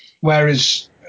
whereas